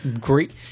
Great